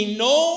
no